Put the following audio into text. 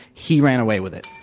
he ran away with it.